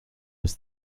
was